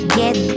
get